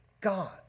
God